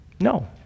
No